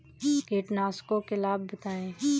कीटनाशकों के लाभ बताएँ?